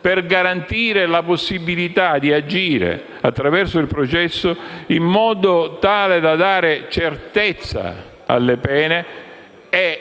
per garantire la possibilità di agire attraverso il processo, in modo tale da dare certezza alle pene e,